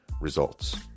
results